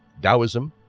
taoism,